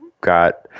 got